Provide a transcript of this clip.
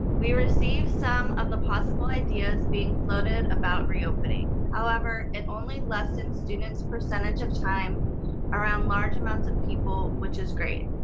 we received some of the possible ideas being floated about reopening, however it only lessens students percentage of time around large amounts of people, which is great.